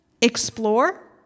explore